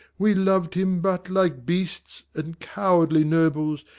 we lov'd him, but, like beasts, and cowardly nobles,